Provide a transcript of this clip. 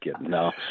No